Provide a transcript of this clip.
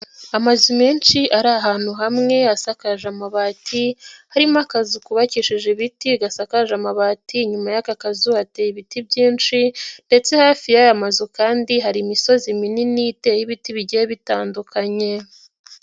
Amazu menshi ari ahantu hamwe, asakaje amabati, harimo akazu kubakishije ibiti, gasakaje amabati, inyuma y'aka kazu hateye ibiti byinshi ndetse hafi ya'aya mazu kandi hari imisozi minini, iteyeho ibiti bigiye bitandukanye.